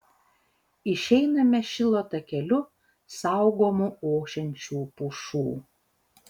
išeiname šilo takeliu saugomu ošiančių pušų